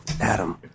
Adam